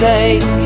Take